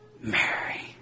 Mary